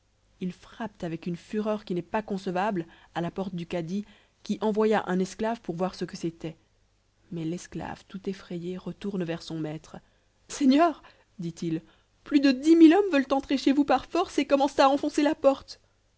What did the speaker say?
ils frappent avec une fureur qui n'est pas concevable à la porte du cadi qui envoya un esclave pour voir ce que c'était mais l'esclave tout effrayé retourne vers son maître seigneur dit-il plus de dix mille hommes veulent entrer chez vous par force et commencent à enfoncer la porte